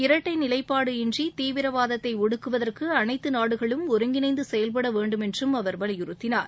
இரட்டை நிலைப்பாடு இன்றி தீவிரவாதத்தை ஒடுக்குவதற்கு அனைத்து நாடுகளும் ஒருங்கிணைந்து செயல்பட வேண்டும் என்றும் அவர் வலியுறுத்தினார்